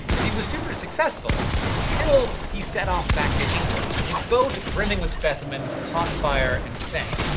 and he was super successful, until he set off back to england. his boat, brimming with specimens, caught fire and sank.